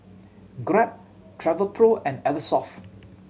Grab Travelpro and Eversoft